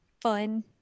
Fun